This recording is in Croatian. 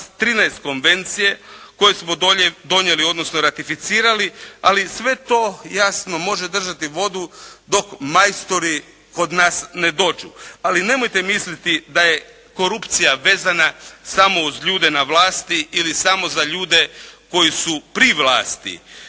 13 konvencije koje smo donijeli, odnosno ratificirali, ali sve to, jasno može držati vodu dok majstori kod nas ne dođu. Ali nemojte misliti da je korupcija vezana samo uz ljude na vlasti ili samo za ljude koji su pri vlasti.